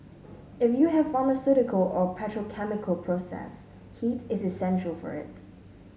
if you have pharmaceutical or petrochemical process heat is essential for it